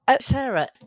Sarah